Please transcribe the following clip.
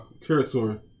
territory